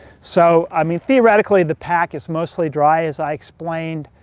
so i mean theoretically, the pack is mostly dry as i explained.